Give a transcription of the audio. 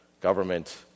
government